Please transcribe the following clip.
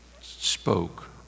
spoke